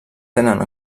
tenen